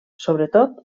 sobretot